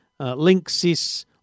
Linksys